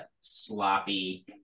sloppy